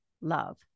love